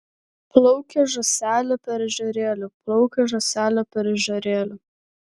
plaukė žąselė per ežerėlį plaukė žąselė per ežerėlį